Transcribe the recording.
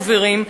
חברים,